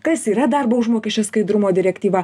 kas yra darbo užmokesčio skaidrumo direktyva